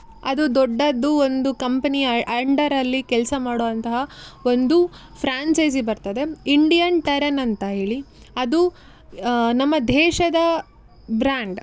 ಅದು ದೊಡ್ಡದು ಒಂದು ಕಂಪೆನಿಯ ಅಂಡರಲ್ಲಿ ಕೆಲಸ ಮಾಡುವಂತಹ ಒಂದು ಫ್ರಾಂಚೈಸಿ ಬರ್ತದೆ ಇಂಡಿಯನ್ ಟರನ್ ಅಂತ ಹೇಳಿ ಅದು ನಮ್ಮ ದೇಶದ ಬ್ರ್ಯಾಂಡ್